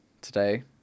today